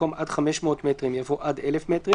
במקום "עד 500 מטרים" יבוא "עד 1,000 מטרים"